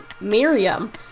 Miriam